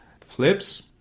flips